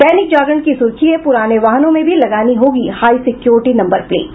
दैनिक जागरण की सुर्खी है पुराने वाहनों में भी लगानी होगी हाई सिक्योरिटी नंबर प्लेट